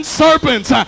serpents